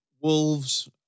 Wolves